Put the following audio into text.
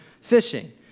fishing